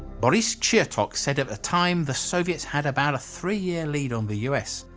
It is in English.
boris chertok said at a time the soviets had about a three-year lead on the u s.